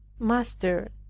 master,